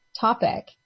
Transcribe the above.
topic